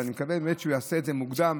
ואני מקווה באמת שהוא יעשה את זה מוקדם.